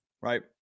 right